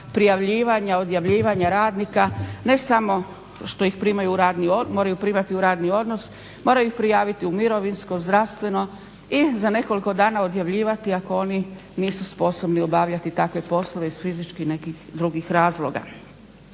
prijavljivanja, odjavljivanja radnika ne samo što moraju primati u radni odnos moraju ih prijaviti u mirovinsko, zdravstveno i za nekoliko dana odjavljivati ako oni nisu sposobni obavljati takve poslove iz fizičkih i nekih drugih razloga.